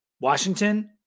Washington